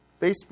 Facebook